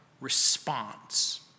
response